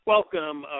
Welcome